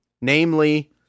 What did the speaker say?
namely